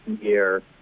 year